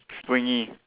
springy